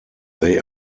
they